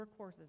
workhorses